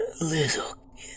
little